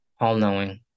all-knowing